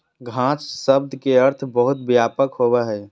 घास शब्द के अर्थ बहुत व्यापक होबो हइ